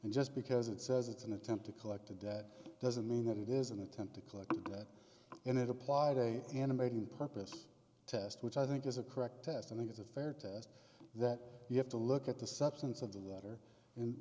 and just because it says it's an attempt to collect a debt doesn't mean that it is an attempt to collect it and it applied a animating purpose test which i think is a correct test i think it's a fair test that you have to look at the substance of the matter and